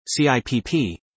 CIPP